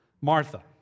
Martha